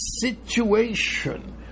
situation